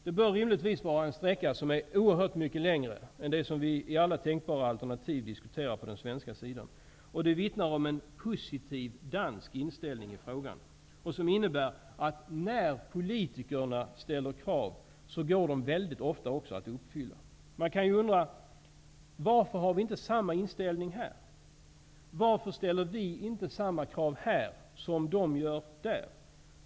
Det bör rimligtvis vara en sträcka som är oerhört mycket längre än den som vi i alla tänkbara alternativ diskuterar på den svenska sidan. Det vittnar om att det i Danmark finns en positiv inställning i frågan, en inställning som innebär att när politikerna ställer krav går dessa väldigt ofta också att uppfylla. Man kan undra: Varför har vi här inte samma inställning? Varför ställer vi inte samma krav som de gör?